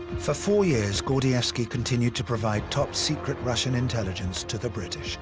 for four years, gordievsky continued to provide top-secret russian intelligence to the british